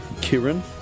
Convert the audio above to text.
Kieran